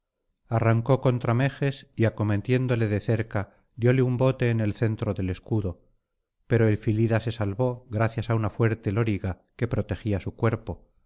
arrancó contra meges y acometiéndole de cerca dióle un bote en el centro del escudo pero el